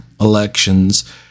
elections